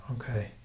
Okay